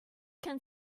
can